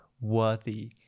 worthy